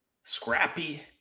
Scrappy